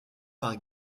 par